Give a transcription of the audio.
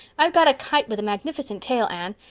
i've got a kite with a magnificent tail, anne.